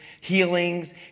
healings